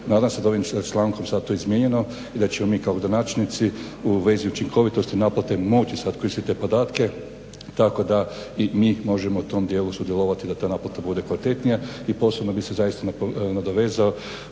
Nadam se da je ovim člankom sada to izmijenjeno i da ćemo mi kao gradonačelnici u vezi učinkovitosti i naplate moći sada koristiti te podatke. Tako da i mi možemo u tom dijelu sudjelovati da taj naplata bude kvalitetnija. I posebno bih se zaista nadovezao